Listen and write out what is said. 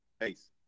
Ace